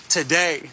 Today